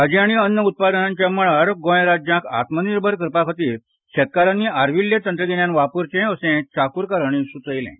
भाजी आनी अन्न उत्पादनांच्या मळार गोंय राज्यांक आत्मनिर्भर करपाखातीर शेतकारानी आरविल्ले तंत्रगिन्यान वापरचें अशें चाकूरकर हांणी स्चयलें